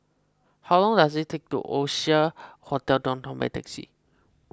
how long does it take to Oasia Hotel Downtown by taxi